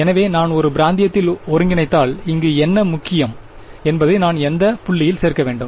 எனவே நான் ஒரு பிராந்தியத்தில் ஒருங்கிணைந்தால் இங்கு என்ன முக்கியம் என்பதை நான் எந்த புள்ளியில் சேர்க்க வேண்டும்